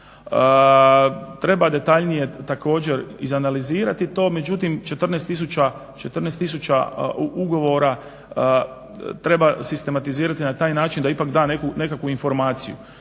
Treba detaljnije također izanalizirati to, međutim 14000 ugovora treba sistematizirati na taj način da ipak da nekakvu informaciju